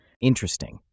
Interesting